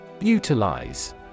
Utilize